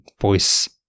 voice